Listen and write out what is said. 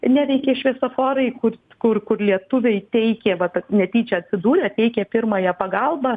neveikė šviesoforai kur kur kur lietuviai teikė vat netyčia atsidūrę teikė pirmąją pagalbą